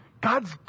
God's